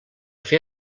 fer